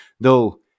though-